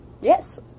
Yes